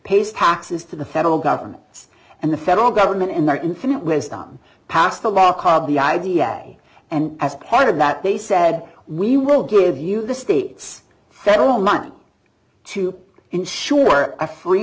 pays taxes to the federal government and the federal government in their infinite wisdom passed a law called the idea and as part of that they said we will give you the state's federal mine to ensure a free